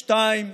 שתיים,